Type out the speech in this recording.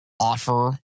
offer